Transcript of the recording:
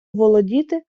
володіти